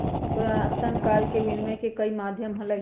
पुरातन काल में विनियम के कई माध्यम हलय